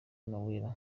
noella